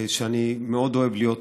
שאני מאוד אוהב להיות.